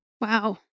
Wow